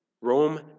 Rome